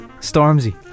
Stormzy